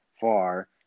far